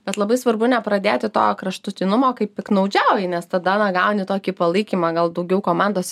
bet labai svarbu nepradėti to kraštutinumo kai piktnaudžiauji nes tada na gauni tokį palaikymą gal daugiau komandos